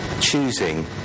choosing